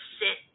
sit